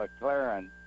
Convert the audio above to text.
McLaren